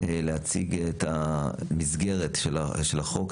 להציג את המסגרת של החוק,